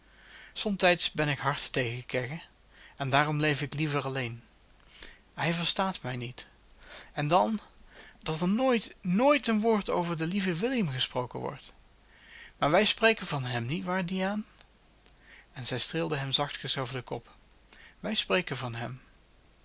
somtijds ben ik hard tegen kegge en daarom leef ik liever alleen hij verstaat mij niet en dan dat er nooit nooit een woord over den lieven william gesproken wordt maar wij spreken van hem niet waar diaan en zij streelde hem zachtkens over den kop wij spreken van hem